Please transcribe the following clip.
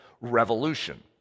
revolution